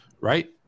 Right